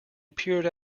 appeared